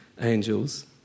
angels